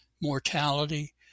mortality